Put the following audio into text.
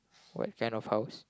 what kind of house